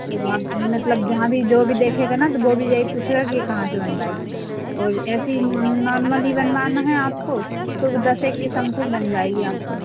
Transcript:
आप मतलब जहां भी जो भी देखेगा ना तो वो भी यही पूछेगा कि कहाँ से बनवाई और ऐसे ही नोर्मल ही बनवाना है आपको तो भी दस एक के समथिंग बन जायेगी आपको